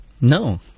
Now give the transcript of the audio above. No